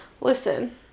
Listen